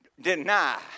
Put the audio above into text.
deny